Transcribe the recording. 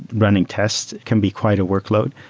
running tests can be quite a workload.